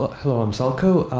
hello, i'm selko.